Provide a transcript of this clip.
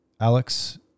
Alex